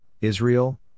Israel